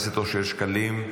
חבר הכנסת אושר שקלים,